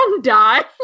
die